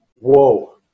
Whoa